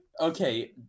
Okay